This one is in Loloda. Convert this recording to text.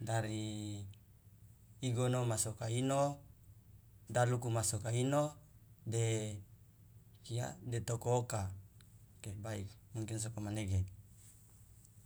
dari igono ma soka ino daluku ma soka ino de kia toko oka oke baik mungkin sokomanege.